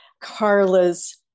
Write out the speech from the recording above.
Carla's